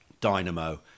dynamo